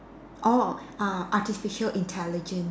orh uh artificial intelligence